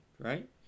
Right